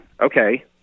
okay